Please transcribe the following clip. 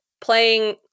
playing